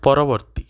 ପରବର୍ତ୍ତୀ